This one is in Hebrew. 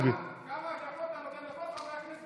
כמה דקות אתה נותן לכל חבר כנסת,